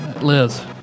Liz